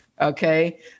Okay